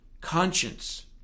conscience